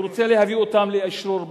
הוא רוצה להביא אותן לאשרור בסנאט.